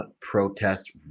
protest